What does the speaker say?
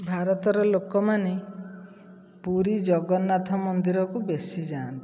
ଭାରତର ଲୋକମାନେ ପୁରୀ ଜଗନ୍ନାଥ ମନ୍ଦିରକୁ ବେଶି ଯାଆନ୍ତି